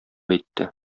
әйтте